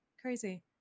Crazy